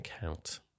count